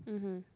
mmhmm